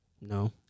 no